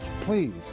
Please